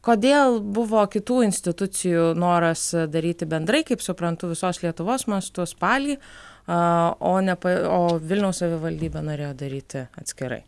kodėl buvo kitų institucijų noras daryti bendrai kaip suprantu visos lietuvos mastu spalį a o ne pa o vilniaus savivaldybė norėjo daryti atskirai